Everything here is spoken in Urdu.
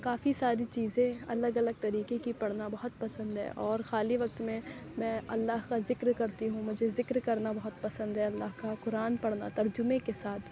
کافی ساری چیزیں الگ الگ طریقے کی پڑھنا بہت پسند ہے اور خالی وقت میں میں اللہ کا ذکر کرتی ہوں مجھے ذکر کرنا بہت پسند ہے اللہ کا قرآن پڑھنا ترجمے کے ساتھ